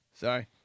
Sorry